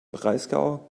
breisgau